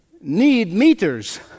need-meters